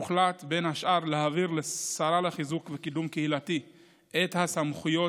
הוחלט בין השאר להעביר לשרה לחיזוק וקידום קהילתי את הסמכויות